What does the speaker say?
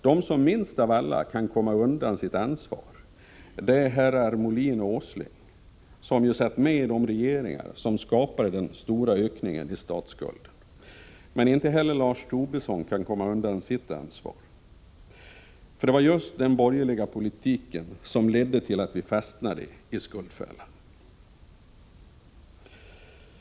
De som minst av alla kan komma undan sitt ansvar är herrar Molin och Åsling, som ju satt med i de regeringar som skapade den stora ökningen i statsskulden. Men inte heller Lars Tobisson kan komma undan sitt ansvar, eftersom det var just den borgerliga politiken som ledde till att vi fastnade i skuldfällan.